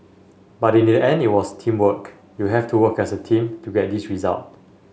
but in the end it was teamwork you have to work as a team to get this result